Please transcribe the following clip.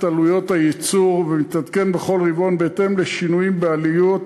עלויות הייצור ומתעדכן בכל רבעון בהתאם לשינויים בעלויות